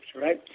right